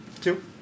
Two